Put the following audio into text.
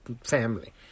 family